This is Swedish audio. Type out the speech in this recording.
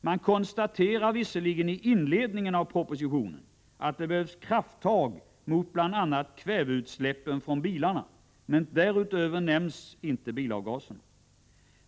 Man konstaterar visserligen i inledningen av propositionen att det behövs krafttag mot bl.a. kväveutsläppen från bilarna, men därutöver nämns inte bilavgaserna.